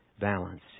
balance